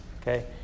Okay